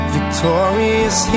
Victorious